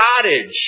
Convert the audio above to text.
cottage